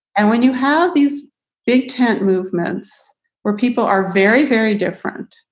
and when you have these big tent movements where people are very, very different,